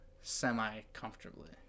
semi-comfortably